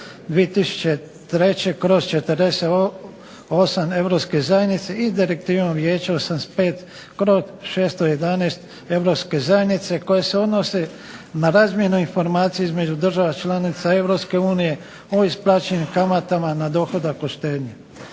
2003/48 Europske zajednice i Direktivom Vijeća 85/611 Europske zajednice koje se odnose na razmjenu informacija između država članica EU o isplaćenim kamatama na dohodak od štednje.